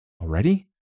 Already